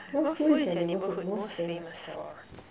what food is your neighbourhood most famous for